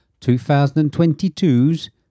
2022's